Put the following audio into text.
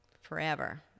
forever